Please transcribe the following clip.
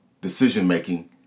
decision-making